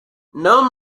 known